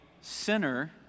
sinner